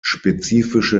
spezifische